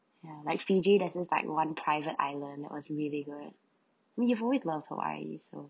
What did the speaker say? ya like fiji there is like one private island that was really good we always loved hawaii so